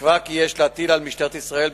נקבע כי יש להטיל על משטרת ישראל,